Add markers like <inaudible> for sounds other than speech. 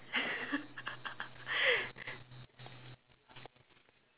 <laughs>